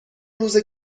روزه